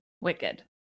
Wicked